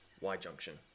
Y-junction